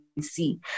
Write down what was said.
see